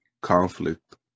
conflict